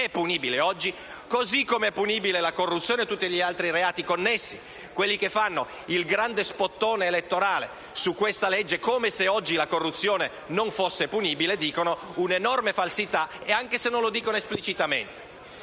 è punibile oggi; così come sono punibili la corruzione e tutti gli altri reati connessi. Quelli che fanno il grande *spot* elettorale su questo disegno di legge, come se oggi la corruzione non fosse punibile, dicono una grande falsità, anche nel caso non lo dicano esplicitamente.